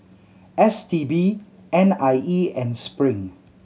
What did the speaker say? S T B N I E and Spring